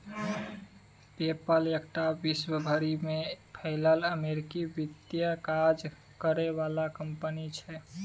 पे पल एकटा विश्व भरि में फैलल अमेरिकी वित्तीय काज करे बला कंपनी छिये